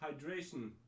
Hydration